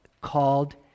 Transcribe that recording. called